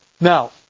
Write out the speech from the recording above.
Now